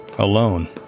alone